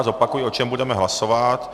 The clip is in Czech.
Zopakuji, o čem budeme hlasovat.